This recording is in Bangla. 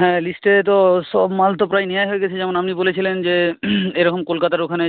হ্যাঁ লিস্টে তো সব মালতো প্রায় নেওয়াই হয়ে গেছে যেমন আপনি বলেছিলেন যে এইরকম কলকাতার ওইখানে